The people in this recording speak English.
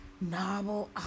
Novel